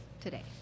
today